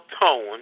tone